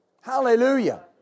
Hallelujah